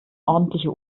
ordentliche